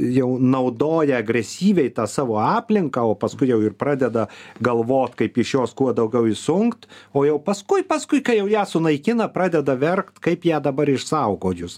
jau naudoja agresyviai tą savo aplinką o paskui jau ir pradeda galvot kaip iš jos kuo daugiau išsunkt o jau paskui paskui kai jau ją sunaikina pradeda verkt kaip ją dabar išsaugojus